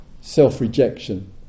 self-rejection